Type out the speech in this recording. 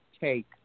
take